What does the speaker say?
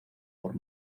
por